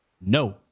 No